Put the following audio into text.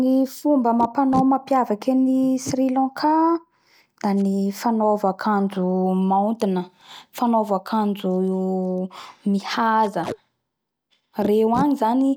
Ny fomba amam-panao mapiavaky an Sri lanka da ny fanaova akanjo maontina fanaova akanjo maontina, fanaova akanjo mihaja. Reo agny zany